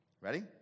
Ready